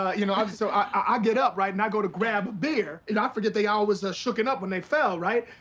you know, um so i get up, right? and i go to grab a beer, and i forget they all was shooken up when they fell, right?